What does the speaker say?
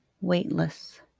weightless